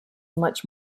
much